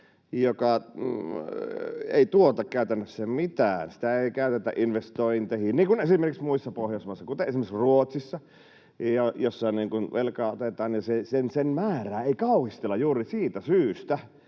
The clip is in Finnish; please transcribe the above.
joka ei tuota käytännössä mitään, eikä sitä käytetä investointeihin niin kuin esimerkiksi muissa Pohjoismaissa, kuten esimerkiksi Ruotsissa, jossa kun velkaa otetaan, niin sen määrää ei kauhistella, juuri siitä syystä,